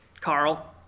Carl